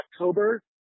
October